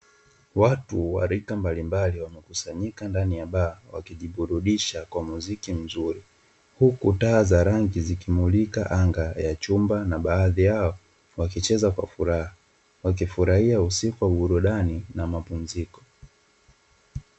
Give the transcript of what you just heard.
Watu wa rika mbalimbali wamekusanyika ndani ya baa, wakijiburudisha kwa mziki mzuri, huku taa za rangi zikimulika anga ya chumba na baadhi yao wakicheza kwa furaha, wakifurahia usiku wa burudani na mapunziko.